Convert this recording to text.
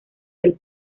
del